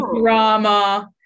drama